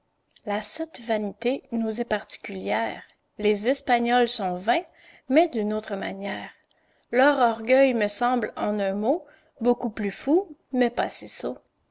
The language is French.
la sotte vanité nous est particulière les espagnols sont vains mais d'une autre manière leur orgueil me semble en un mot beaucoup plus fou mais pas si